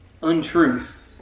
Untruth